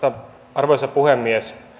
arvoisa puhemies